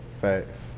Facts